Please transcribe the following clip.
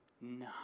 no